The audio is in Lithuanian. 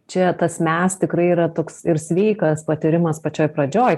čia tas mes tikrai yra toks ir sveikas patyrimas pačioj pradžioj